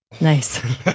Nice